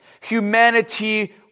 humanity